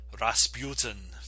Rasputin